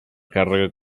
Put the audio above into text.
càrrega